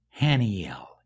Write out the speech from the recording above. Haniel